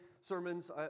sermons